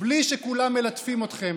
בלי שכולם מלטפים אתכם.